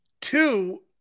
two